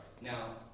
Now